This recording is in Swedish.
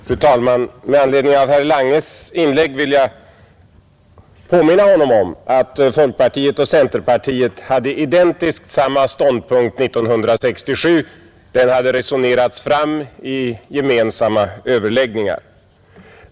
Fru talman! Med anledning av herr Langes inlägg vill jag påminna honom om att folkpartiet och centerpartiet hade identiskt samma ståndpunkt 1967; den hade resonerats fram i gemensamma överläggningar.